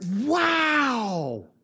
wow